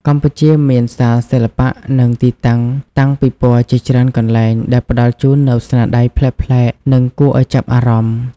កម្ពុជាមានសាលសិល្បៈ និងទីតាំងតាំងពិពណ៌ជាច្រើនកន្លែង ដែលផ្តល់ជូននូវស្នាដៃប្លែកៗ និងគួរឲ្យចាប់អារម្មណ៍។